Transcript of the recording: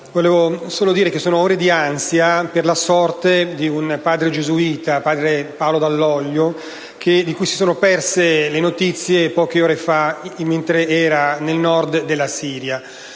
sono ore di ansia per la sorte di un padre gesuita, padre Paolo Dall’Oglio, di cui si sono perse le notizie poche ore fa mentre era nel Nord della Siria.